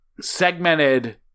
segmented